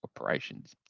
operations